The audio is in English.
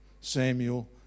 Samuel